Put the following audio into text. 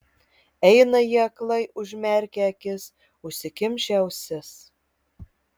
eina jie aklai užmerkę akis užsikimšę ausis